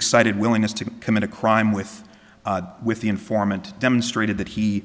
excited willingness to commit a crime with with the informant demonstrated that he